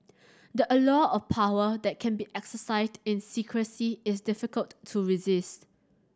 the allure of power that can be exercised in secrecy is difficult to resist